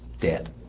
dead